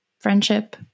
friendship